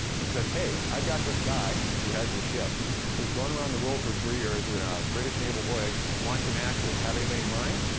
and says, hey, i've got this guy who has this ship who's going around the world for three years on a british naval voyage, wants a naturalist. have anybody in mind?